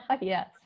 Yes